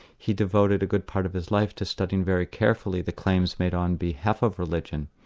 he devoted a good part of his life to studying very carefully the claims made on behalf of religion.